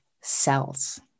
cells